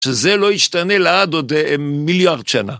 שזה לא ישתנה לעד עוד מיליארד שנה.